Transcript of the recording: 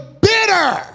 bitter